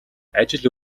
ажил